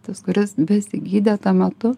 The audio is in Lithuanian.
tas kuris besigydė tuo metu